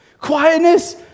quietness